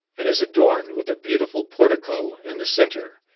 and is adorned with a beautiful portico in the centre,